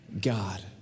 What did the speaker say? God